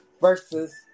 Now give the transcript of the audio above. versus